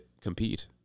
compete